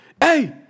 hey